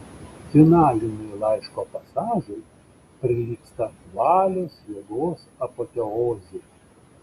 finaliniai laiško pasažai prilygsta valios jėgos apoteozei